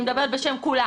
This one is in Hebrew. אני מדברת בשם כולם